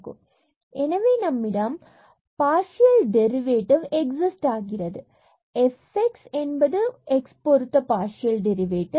fx00fx0 f00x 0 fy00f0y f00y 0 எனவே நம்மிடம் partial derivative exist ஆகிறது மற்றும் f என்பது x 0 பொருத்த பார்சியல் டெரிவேட்டிவ்